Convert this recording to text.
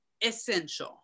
essential